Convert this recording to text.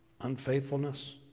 unfaithfulness